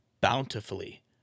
bountifully